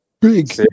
Big